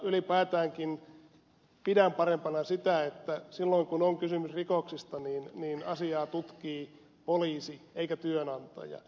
ylipäätäänkin pidän parempana sitä että silloin kun on kysymys rikoksesta niin asiaa tutkii poliisi eikä työnantaja